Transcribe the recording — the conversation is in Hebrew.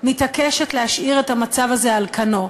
מתעקשות להשאיר את המצב הזה על כנו.